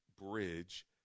Bridge